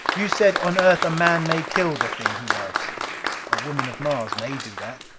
you said, on earth a man may kill the thing he loves a woman of mars may do that!